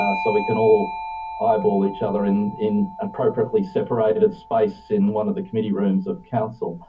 ah so we can all eyeball each other in in appropriately separated space in one of the committee rooms of council.